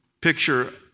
Picture